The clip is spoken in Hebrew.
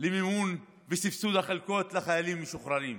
למימון וסבסוד החלקות לחיילים משוחררים.